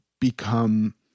become